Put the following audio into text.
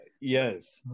Yes